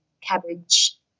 cabbage